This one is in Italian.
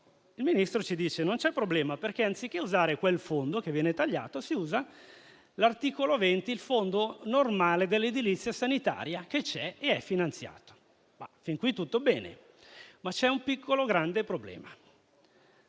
il Ministro ci dice che non c'è problema, perché, anziché usare quel fondo che viene tagliato, si usa il suddetto articolo 20, cioè il fondo dell'edilizia sanitaria che c'è ed è finanziato. Fin qui tutto bene, ma c'è un piccolo, grande problema: